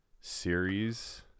series